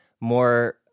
more